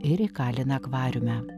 ir įkalina akvariume